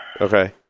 Okay